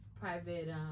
Private